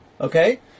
Okay